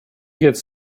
gets